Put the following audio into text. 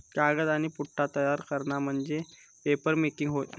कागद आणि पुठ्ठा तयार करणा म्हणजे पेपरमेकिंग होय